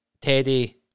Teddy